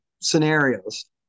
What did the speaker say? scenarios